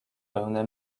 pełne